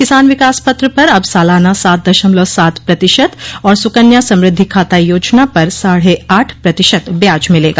किसान विकास पत्र पर अब सालाना सात दशमलव सात प्रतिशत और स्ककन्या समृद्धि खाता योजना पर साढ़े आठ प्रतिशत ब्याज मिलेगा